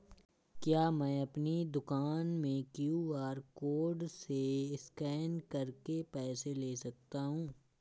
क्या मैं अपनी दुकान में क्यू.आर कोड से स्कैन करके पैसे ले सकता हूँ?